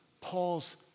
Paul's